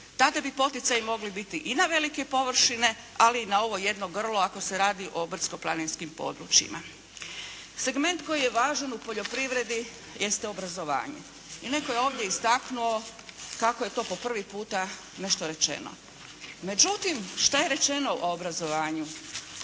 Tada bi poticaji mogli biti i na velike površine, ali i na ovo jedno grlo ako se radi o brdsko-planinskim područjima. Segment koji je važan u poljoprivredi jeste obrazovanje i netko je ovdje istaknuo kako je to po prvi puta nešto rečeno. Međutim, šta je rečeno o obrazovanju?